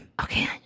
Okay